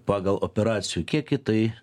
pagal operacijų kiekį tai